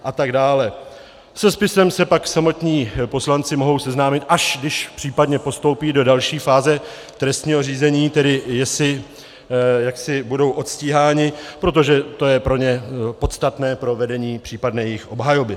Se spisem se pak samotní poslanci mohou seznámit, až když případně postoupí do další fáze trestního řízení, tedy jestli jaksi budou odstíháni, protože to je pro ně podstatné pro vedení případné jejich obhajoby.